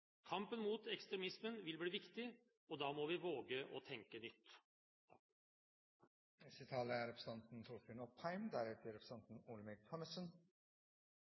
Kampen mot ekstremismen vil bli viktig, og da må vi våge å tenke